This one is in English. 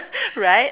right